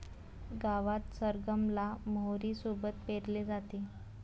गावात सरगम ला मोहरी सोबत पेरले जाते